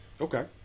Okay